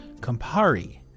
Campari